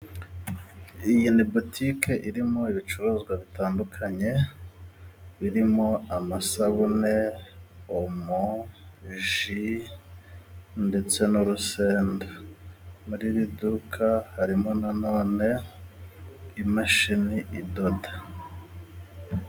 Iyi ni butike irimo ibicuruzwa bitandukanye birimo: amasabune, omo, ji ndetse n'urusenda. Muri iri duka harimo na none imashini idoda.